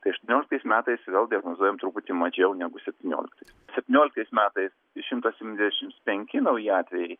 tai aštuonioliktais metais vėl diagnozuojam truputį mažiau negu septynioliktais septynioliktais metais šimtas septyniasdešimt penki nauji atvejai